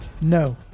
No